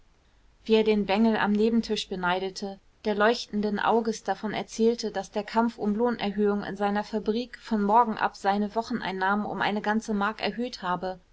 wie er den bengel am nebentisch beneidete der leuchtenden auges davon erzählte daß der kampf um lohnerhöhung in seiner fabrik von morgen ab seine wocheneinnahme um eine ganze mark erhöht habe